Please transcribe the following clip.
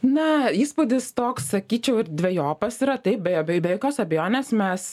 na įspūdis toks sakyčiau ir dvejopas yra taip be be jokios abejonės mes